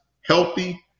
healthy